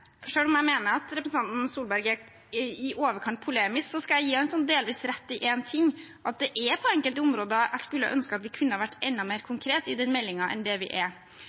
om det. Selv om jeg mener at representanten Tvedt Solberg er i overkant polemisk, skal jeg gi ham delvis rett i én ting: På enkelte områder skulle jeg ønske at vi kunne vært enda mer konkret i meldingen enn det vi er.